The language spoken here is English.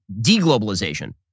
deglobalization